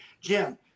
Jim